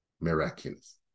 miraculous